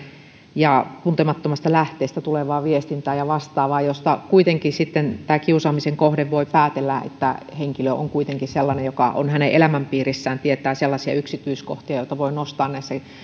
ja tuntemattomasta lähteestä tulevaa viestintää ja vastaavaa josta kuitenkin kiusaamisen kohde voi päätellä että henkilö on sellainen joka on hänen elämänpiirissään ja tietää sellaisia yksityiskohtia joita voi nostaa